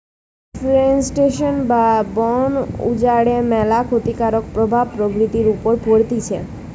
deforestation বা বন উজাড়ের ম্যালা ক্ষতিকারক প্রভাব প্রকৃতির উপর পড়তিছে